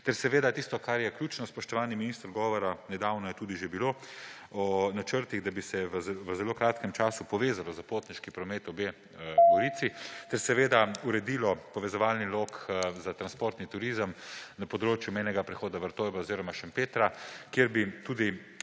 ter seveda tisto, kar je ključno, spoštovani minister: govora nedavno je tudi že bilo, o načrtih, da bi se v zelo kratkem času povezalo za potniški promet obe Gorici, ter seveda, uredilo povezovalni lok za transportni turizem na področju mejnega prehoda Vrtojba oziroma Šempetra, kjer bi tudi